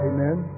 Amen